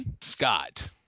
Scott